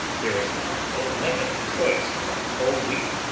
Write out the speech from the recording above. there is now no limit in choice among whole wheat,